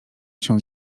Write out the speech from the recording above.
się